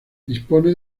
dispone